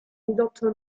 ridotto